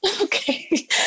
okay